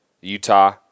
Utah